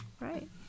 right